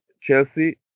Chelsea